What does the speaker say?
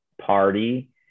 party